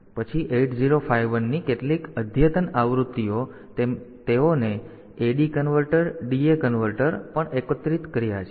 પછી 8051 ની કેટલીક અદ્યતન આવૃત્તિઓ તેઓને AD કન્વર્ટર DA કન્વર્ટર પણ એકીકૃત કર્યા છે